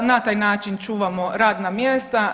Na taj način čuvamo radna mjesta.